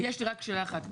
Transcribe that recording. יש לי רק שאלה אחת.